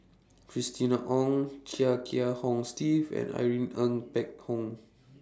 Christina Ong Chia Kiah Hong Steve and Irene Ng Phek Hoong